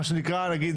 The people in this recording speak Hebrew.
מה שנקרא נניח,